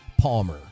Palmer